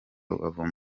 rubavu